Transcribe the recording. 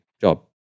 job